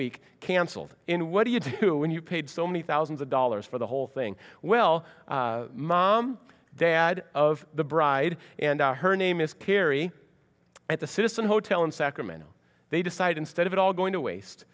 week canceled in what do you do when you've paid so many thousands of dollars for the whole thing well mom dad of the bride and her name is carrie at the citizen hotel in sacramento they decided instead of it all going to waste